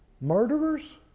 Murderers